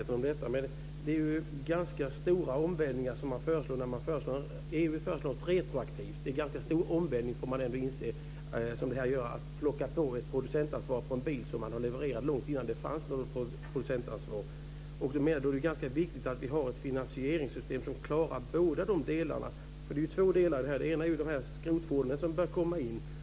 Fru talman! Det är ganska stora omvälvningar som föreslås med retroaktiv verkan. Det är omvälvande att lägga på ett producentansvar på bilar som levererats långt innan ett sådant producentansvar fanns. Det är ganska viktigt att vi har ett finansieringssystem som klarar båda de uppställda kraven. Det gäller först de skrotfordon som börjar komma in.